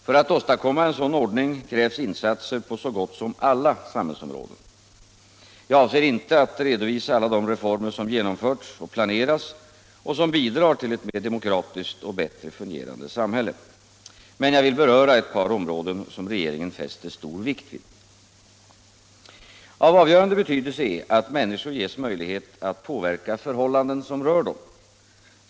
För att åstadkomma en sådan ordning krävs insatser på så gott som alla samhällsområden. Jag avser inte att redovisa alla de reformer som genomförts och planeras och som bidrar till ett mer demokratiskt och bättre fungerande samhälle. Jag vill dock beröra ett par områden som regeringen fäster stor vikt vid. Av avgörande betydelse är att människor ges möjlighet att påverka förhållanden som rör dem.